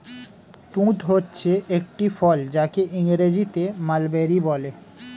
তুঁত হচ্ছে একটি ফল যাকে ইংরেজিতে মালবেরি বলে